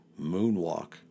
moonwalk